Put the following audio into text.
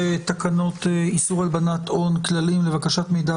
תקנות איסור הלבנת הון (כללים לבקשת מידע